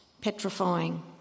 petrifying